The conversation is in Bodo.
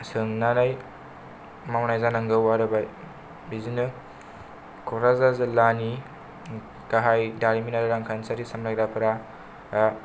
सोंनानै मावनाय जानांगौ आरो बेहाय बिदिनो कक्राझार जिल्लानि गाहाइ दारिमिनारि आरो रांखान्थियारि सामलायग्राफोरा